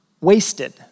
wasted